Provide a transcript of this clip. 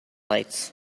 lights